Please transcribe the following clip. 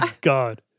god